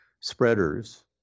spreaders